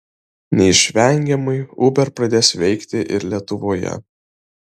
neišvengiamai uber pradės veikti ir lietuvoje